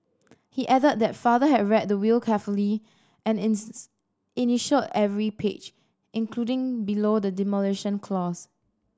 he added that father had read the will carefully and initialled every page including below the demolition clause